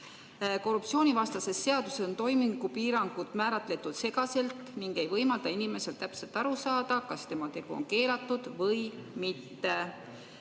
korruptsioonivastases seaduses on toimingupiirangud määratletud segaselt ning ei võimalda inimesel täpselt aru saada, kas tema tegu on keelatud või mitte.